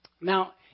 Now